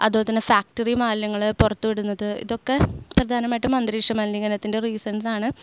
അതുപോലെ തന്നെ ഫാക്ടറി മാലിന്യങ്ങൾ പുറത്തുവിടുന്നത് ഇതൊക്കെ പ്രധാനമായിട്ടും അന്തരീക്ഷ മലിനീകരണത്തിൻ്റെ റീസൺസ് ആണ്